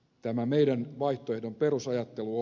tämä meidän vaihtoehtomme perusajattelu on